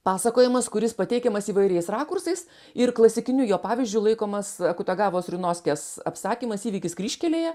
pasakojimas kuris pateikiamas įvairiais rakursais ir klasikiniu jo pavyzdžiu laikomas akutagavos rinoskės apsakymas įvykis kryžkelėje